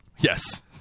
Yes